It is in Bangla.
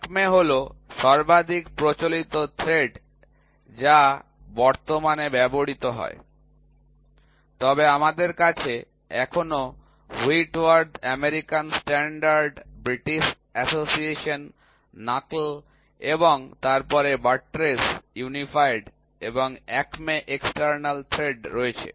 অ্যাকমে হলো সর্বাধিক প্রচলিত থ্রেড যা বর্তমানে ব্যবহৃত হয় তবে আমাদের কাছে এখনও Whitworth American standard British association knuckle এবং তারপরে বাট্রেস ইউনিফাইড এবং একমে এক্সটার্নাল থ্রেড রয়েছে